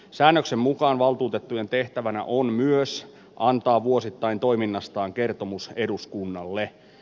säännöksen mukaan valtuutettujen tehtävänä on myös antaa vuosittain toiminnastaan kertomus eduskunnalle